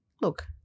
Look